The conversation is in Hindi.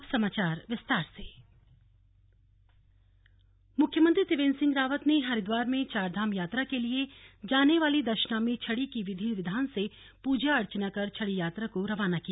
अब समाचार विस्तार से सीएम हरिद्वार मुख्यमंत्री त्रिवेन्द्र सिंह रावत ने हरिद्वार में चारधाम यात्रा के लिए जाने वाली दशनामी छड़ी की विधि विधान से पूजा अर्चना कर छड़ी यात्रा को रवाना किया